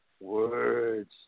words